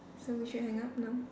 so we should hang up now